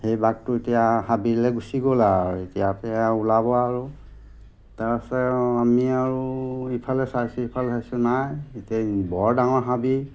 সেই বাঘটো এতিয়া হাবিলে গুচি গ'ল আৰু এতিয়া ওলাব আৰু তাৰপাছতে আমি আৰু ইফালে চাইছোঁ সিফালে চাইছোঁ নাই এতিয়া বৰ ডাঙৰ হাবি